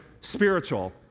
spiritual